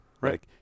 right